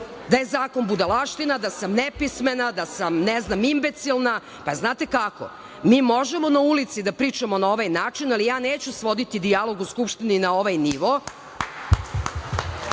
Da je zakon budalaština, da sam nepismena, da sam ne znam, imbecilna. Znate kako, možemo na ulici da pričamo na ovaj način, ali neću svoditi dijalog u Skupštini na ovaj nivo. Ovo